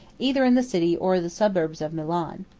either in the city or the suburbs of milan.